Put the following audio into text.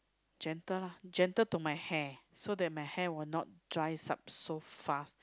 gentle lah gentle to my hair so that my hair will not drys up so fast